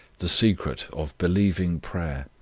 the secret of believing prayer,